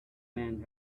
man